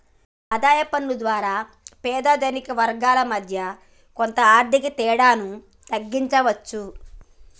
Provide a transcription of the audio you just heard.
ఆదాయ పన్ను ద్వారా పేద ధనిక వర్గాల మధ్య కొంత ఆర్థిక తేడాను తగ్గించవచ్చు